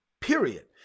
period